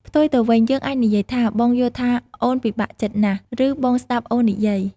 ផ្ទុយទៅវិញ យើងអាចនិយាយថា បងយល់ថាអូនពិបាកចិត្តណាស់ ឬ បងស្តាប់អូននិយាយ។